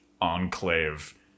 enclave